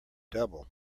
double